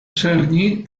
czerni